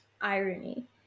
irony